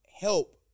help